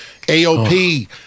AOP